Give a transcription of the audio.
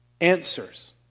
answers